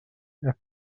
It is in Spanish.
las